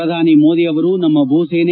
ಪ್ರಧಾನಿ ಮೋದಿ ಅವರು ನಮ್ನ ಭೂಸೇನೆ